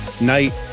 night